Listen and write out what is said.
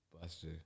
Buster